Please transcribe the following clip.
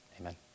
Amen